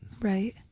Right